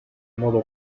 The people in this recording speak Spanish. modo